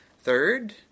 Third